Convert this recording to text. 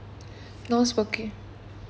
non smoking